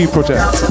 Project